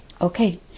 Okay